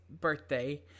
birthday